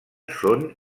són